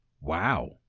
wow